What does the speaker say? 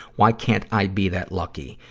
why can't i be that lucky?